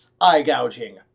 eye-gouging